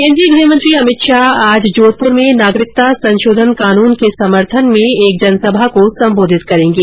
केन्द्रीय गृह मंत्री अमित शाह आज जोधपुर में नागरिकता संशोधन कानून के समर्थन में एक जनसभा को संबोधित करेंगे